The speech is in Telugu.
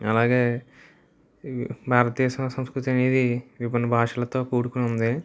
అలాగే భారతదేశ సంస్కృతి అనేది విభిన్న భాషలతో కూడుకుని ఉంది